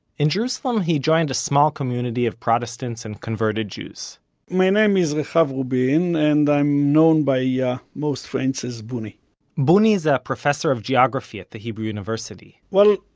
in jerusalem he joined a small community of protestants and converted jews my name is rehav rubin, and i'm known by yeah most friends as buni buni's a professor of geography at the hebrew university well,